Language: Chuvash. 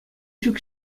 ҫук